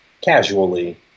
casually